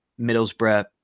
Middlesbrough